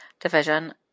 division